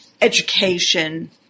education